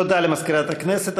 תודה למזכירת הכנסת.